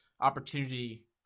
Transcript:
opportunity